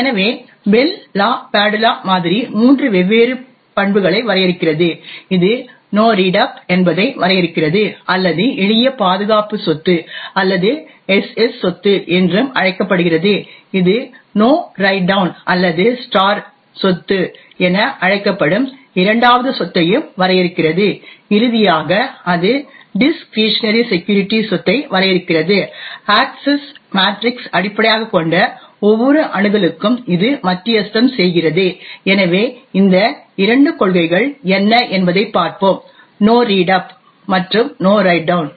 எனவே Bell LaPadula மாதிரி மூன்று வெவ்வேறு பண்புகளை வரையறுக்கிறது இது நோ ரீட் அப் என்பதை வரையறுக்கிறது அல்லது எளிய பாதுகாப்பு சொத்து அல்லது SS சொத்து என்றும் அழைக்கப்படுகிறது இது நோ ரைட் டவுன் அல்லது ஸ்டார் சொத்து என அழைக்கப்படும் இரண்டாவது சொத்தையும் வரையறுக்கிறது இறுதியாக அது டிஸ்க்ரிஷனரி செக்யூரிடி சொத்தை வரையறுக்கிறது அக்சஸ் மேட்ரிக்ஸ் அடிப்படையாகக் கொண்ட ஒவ்வொரு அணுகலுக்கும் இது மத்தியஸ்தம் செய்கிறது எனவே இந்த இரண்டு கொள்கைகள் என்ன என்பதைப் பார்ப்போம் நோ ரீட் அப் மற்றும் நோ ரைட் டவுன்